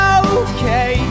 okay